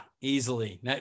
easily